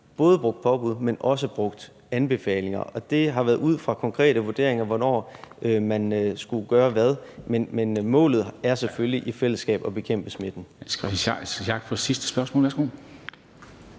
både brugt forbud, men også brugt anbefalinger, og det har været ud fra konkrete vurderinger af, hvornår man skulle gøre hvad. Men målet er selvfølgelig i fællesskab at bekæmpe smitten.